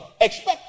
Expect